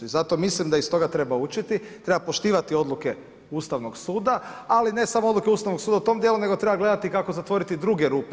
I zato mislim da iz toga treba učiti, treba poštivati odluke Ustavnog suda, ali ne samo odluke Ustavnog suda u tom dijelu nego treba gledati kako zatvoriti druge rupe.